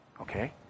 Okay